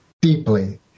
deeply